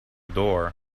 door